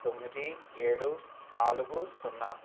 తొమ్మిది ఏడు నాలుగు సున్నా